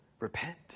repent